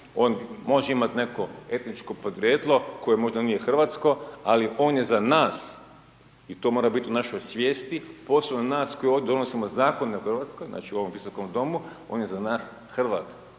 on može imati neko etničko podrijetlo koje možda nije hrvatsko ali on je za nas i to mora biti u našoj svijesti, posebno nas koji ovdje donosimo zakone u Hrvatskoj, znači u ovom Visokom domu, on je za nas Hrvat,